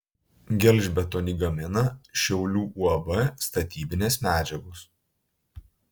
gelžbetonį gamina šiaulių uab statybinės medžiagos